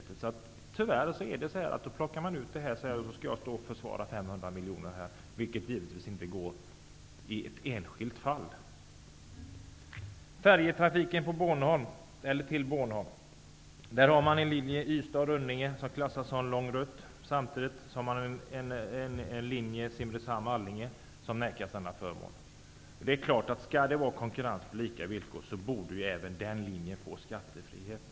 Nu plockar man ut en detalj och vill att jag skall stå här i talarstolen och försvara denna sänkning med 500 miljoner kronor. Det går givetvis inte att göra separat. När det gäller färjetrafiken till Bornholm finns det en färjelinje, Ystad--Rönne, som klassas som lång rutt. Samtidigt finns det en färjelinje, Simrishamn-- Allinge, som nekas denna förmån som en sådan klassning innebär. Skall det vara konkurrens på lika villkor borde självfallet även den linjen få skattefrihet.